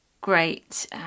great